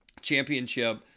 championship